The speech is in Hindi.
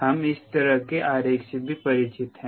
हम इस तरह के आरेख से भी परिचित हैं